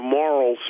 moral